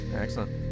excellent